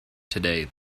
today